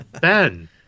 Ben